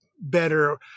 better